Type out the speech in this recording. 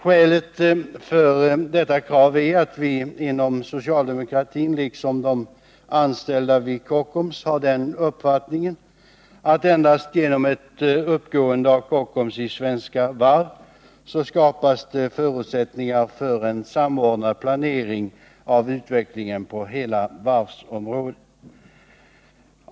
Skälet för detta krav är att vi inom socialdemokratin liksom de vid Kockums anställda har den uppfattningen, att endast genom Kockums uppgående i Svenska Varv skapas förutsättningar för en samordnad planering av utvecklingen på hela varvsområdet.